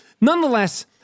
Nonetheless